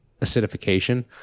acidification